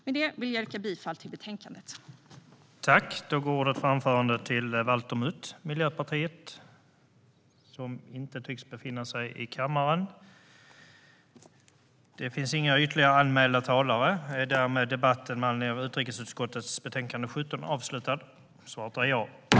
Med detta yrkar jag bifall till utskottets förslag i betänkandet.